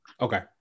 Okay